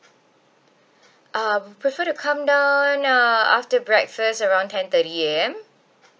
um prefer to come down uh after breakfast around ten thirty A_M